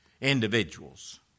individuals